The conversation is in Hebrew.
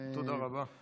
תודה רבה.